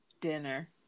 dinner